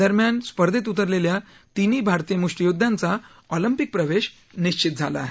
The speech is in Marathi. दरम्यान स्पर्धेत उतरलेल्या तिन्ही भारतीय मुष्टियोद्ध्यांचा ऑलिम्पिक प्रवेश निश्चित झाला आहे